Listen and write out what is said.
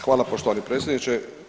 Hvala poštovani predsjedniče.